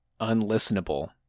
unlistenable